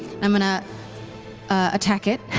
i'm going to attack it.